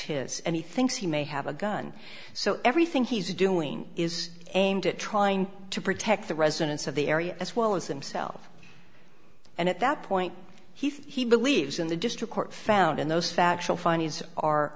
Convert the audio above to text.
his and he thinks he may have a gun so everything he's doing is aimed at trying to protect the residents of the area as well as themselves and at that point he believes in the district court found in those factual findings are